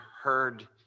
heard